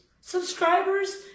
subscribers